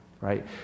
right